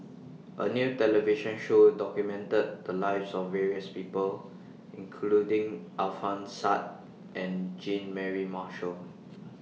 A New television Show documented The Lives of various People including Alfian Sa and Jean Mary Marshall